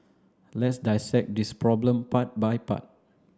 let's dissect this problem part by part